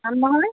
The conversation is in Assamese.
পাম নহয়